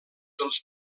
dels